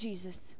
Jesus